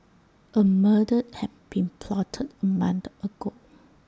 A murder had been plotted mind ago